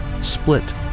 split